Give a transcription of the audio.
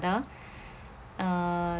uh